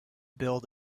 build